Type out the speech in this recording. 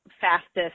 fastest